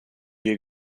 wir